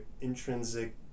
intrinsic